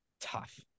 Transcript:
Tough